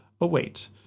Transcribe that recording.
await